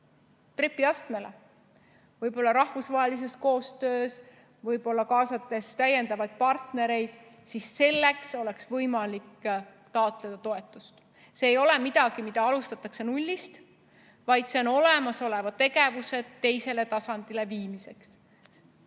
trepiastmele, näiteks rahvusvahelises koostöös, võib-olla kaasates partnereid, oleks võimalik taotleda toetust. See ei ole midagi, mida alustatakse nullist, vaid see on olemasoleva tegevuse teisele tasandile viimine.